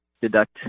deduct